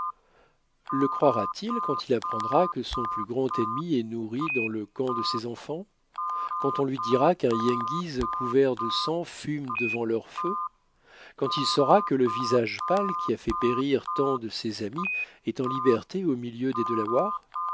le croira-t-il quand il apprendra que son plus grand ennemi est nourri dans le camp de ses enfants quand on lui dira qu'un yengeese couvert de sang fume devant leur feu quand il saura que le visage pâle qui a fait périr tant de ses amis est en liberté au milieu des